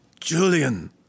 Julian